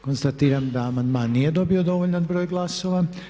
Konstatiram da amandman nije dobio dovoljan broj glasova.